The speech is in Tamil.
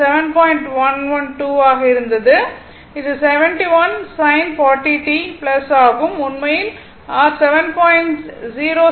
1 I 2 ஆக இருந்தது இது 71 sin 40 t ஆகும் உண்மையில் r 70